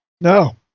No